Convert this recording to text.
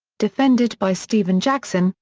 defended by stephen jackson,